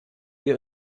wir